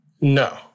No